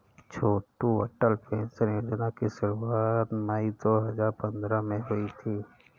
छोटू Atal pension योजना की शुरुआत मई दो हज़ार पंद्रह में हुई थी